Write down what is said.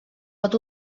pot